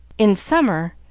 in summer,